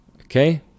Okay